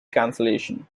cancellation